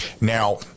Now